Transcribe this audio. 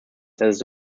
dass